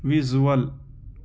visual